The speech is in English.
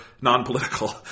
non-political